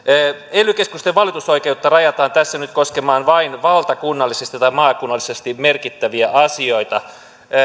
ely keskusten valitusoikeutta rajataan tässä nyt koskemaan vain valtakunnallisesti tai maakunnallisesti merkittäviä asioita